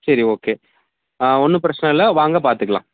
சரி ஓகே ஒன்றும் பிரச்சனை இல்லை வாங்க பார்த்துக்கலாம்